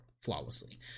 flawlessly